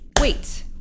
wait